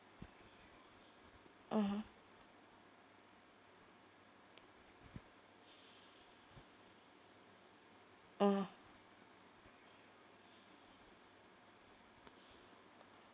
mmhmm mm